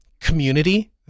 community